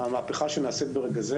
המהפכה שנעשית ברגע זה,